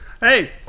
Hey